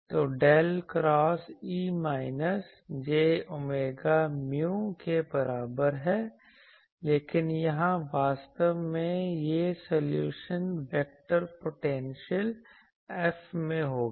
तो del cross E minus J omega mu के बराबर है लेकिन यहां वास्तव में यह सॉल्यूशन वेक्टर पोटेंशियल F में होगा